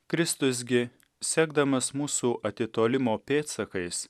kristus gi sekdamas mūsų atitolimo pėdsakais